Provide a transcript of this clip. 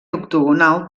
octogonal